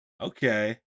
okay